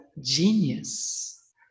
genius